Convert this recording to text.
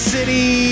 City